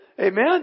Amen